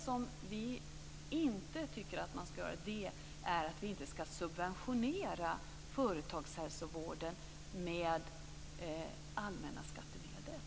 Vad vi inte tycker att man ska göra är att subventionera företagshälsovården med allmänna skattemedel.